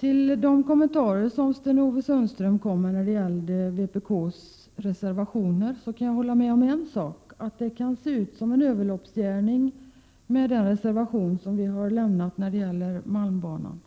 I Sten-Ove Sundströms kommentarer till vpk:s reservationer kan jag hålla med om en sak: Det kan se ut som en överloppsgärning med den reservation som vi har avlämnat i fråga om malmbanan.